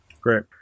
Great